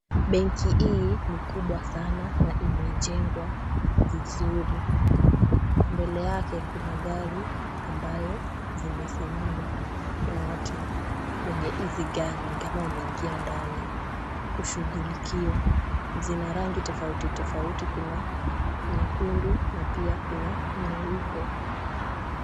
Benki hii ni kubwa sana na imejengwa vizuri. Mbele yake kuna gari ambayo zimesimama na watu wenye hizi gari ni kama wameingia ndani, kushughulikiwa. Zina rangi tofauti tofauti. Kuna nyekundu na pia kuna nyeupe.